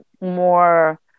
more